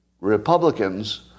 Republicans